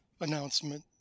announcement